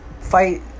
fight